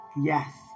yes